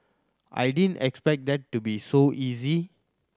I didn't expect that to be so easy